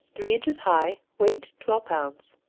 three inches high, weight twelve pounds.